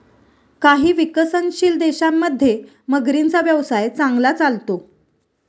काही विकसनशील देशांमध्ये मगरींचा व्यवसाय चांगला चालतो